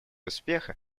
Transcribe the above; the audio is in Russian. успеха